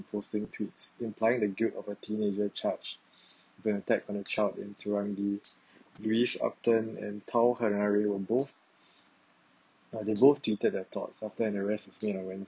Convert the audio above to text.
posting tweets implying the guilt of a teenager charged with an attack on a child in turangi louise upston and tau henare were both uh they both tweeted their thoughts after an arrest was made on wednesday